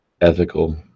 ethical